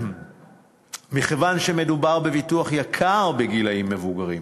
מכיוון שמדובר בביטוח יקר בגילים מבוגרים,